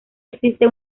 existe